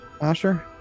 Asher